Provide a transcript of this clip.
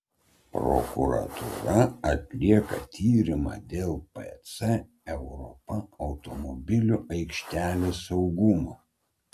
prokuratūra atlieka tyrimą dėl pc europa automobilių aikštelės saugumo